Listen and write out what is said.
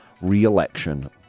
re-election